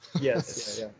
Yes